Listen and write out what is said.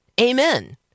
Amen